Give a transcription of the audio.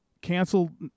canceled